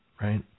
right